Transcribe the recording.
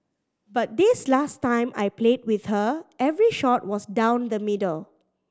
but this last time I played with her every shot was down the middle